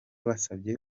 wasabye